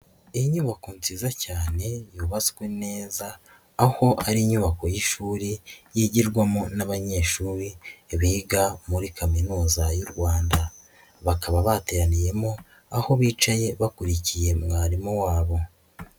Inyubako nziza cyane yubatswe neza, aho ari inyubako y'ishuri yigirwamo n'abanyeshuri biga muri Kaminuza y'u Rwanda, bakaba bateraniyemo aho bicaye bakurikiye mwarimu wabo.